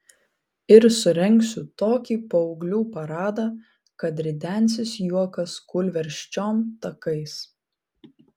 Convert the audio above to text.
ir surengsiu tokį paauglių paradą kad ridensis juokas kūlversčiom takais